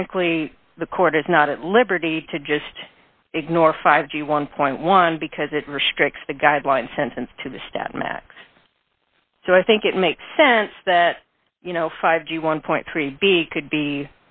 frankly the court is not at liberty to just ignore five g one point one because it restricts the guideline sentence to the stat max so i think it makes sense that five g one point three b could be